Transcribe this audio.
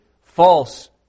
false